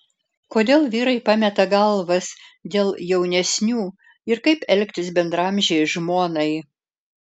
kodėl vyrai pameta galvas dėl jaunesnių ir kaip elgtis bendraamžei žmonai